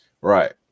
right